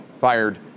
fired